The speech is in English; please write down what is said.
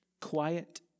quiet